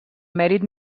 mèrit